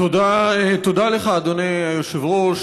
תודה לך, אדוני היושב-ראש.